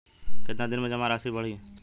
कितना दिन में जमा राशि बढ़ी?